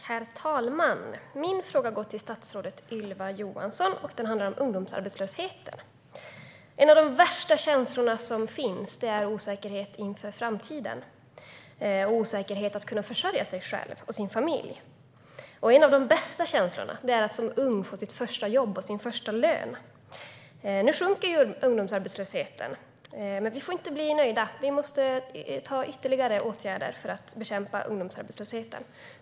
Herr talman! Min fråga går till statsrådet Ylva Johansson och handlar om ungdomsarbetslösheten. En av de värsta känslor som finns är osäkerhet inför framtiden och osäkerhet om förmågan att försörja sig själv och sin familj. Och en av de bästa känslorna är att som ung få sitt första jobb och sin första lön. Nu sjunker ungdomsarbetslösheten. Men vi får inte bli nöjda. Vi måste vidta ytterligare åtgärder för att bekämpa ungdomsarbetslösheten.